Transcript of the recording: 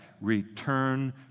return